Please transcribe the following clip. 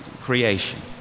creation